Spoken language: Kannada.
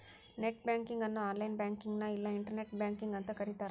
ನೆಟ್ ಬ್ಯಾಂಕಿಂಗ್ ಅನ್ನು ಆನ್ಲೈನ್ ಬ್ಯಾಂಕಿಂಗ್ನ ಇಲ್ಲಾ ಇಂಟರ್ನೆಟ್ ಬ್ಯಾಂಕಿಂಗ್ ಅಂತೂ ಕರಿತಾರ